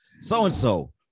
so-and-so